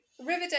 Riverdale